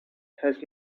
has